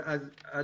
אז,